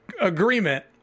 agreement